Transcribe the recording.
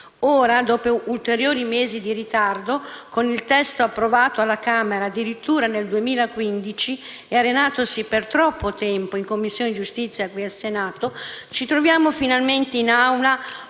Ora, dopo ulteriori mesi di ritardo, con il testo approvato alla Camera addirittura nel 2015 e arenatosi per troppo tempo in Commissione giustizia qui al Senato, ci troviamo finalmente in Aula